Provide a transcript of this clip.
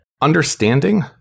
understanding